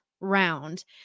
round